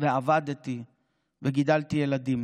ועבדתי וגידלתי ילדים.